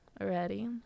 already